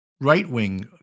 right-wing